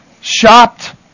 shopped